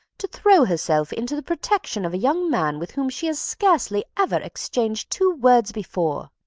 to throw herself into the protection of a young man with whom she has scarcely ever exchanged two words before!